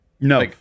No